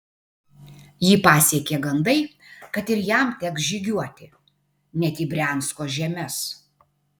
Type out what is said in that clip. jį pasiekė gandai kad ir jam teks žygiuoti net į briansko žemes